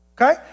okay